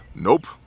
Nope